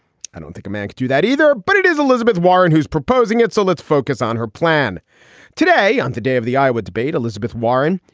i don't think a man could do that either. but it is elizabeth warren who's proposing it. so let's focus on her plan today. on the day of the iowa debate, elizabeth warren,